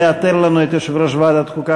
לאתר לנו את יושב-ראש ועדת חוקה,